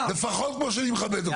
לפחות כמו שאני מכבד אותך.